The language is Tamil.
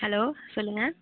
ஹலோ சொல்லுங்கள்